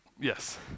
Yes